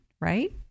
right